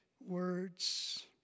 words